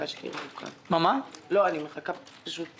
נמצאים היום במצב שקרוב ל-1,000 משרות עומדות